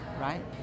right